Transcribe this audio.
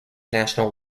national